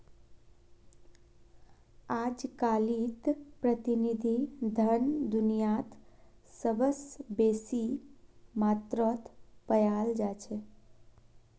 अजकालित प्रतिनिधि धन दुनियात सबस बेसी मात्रात पायाल जा छेक